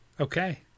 Okay